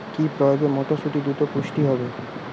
কি প্রয়োগে মটরসুটি দ্রুত পুষ্ট হবে?